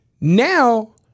Now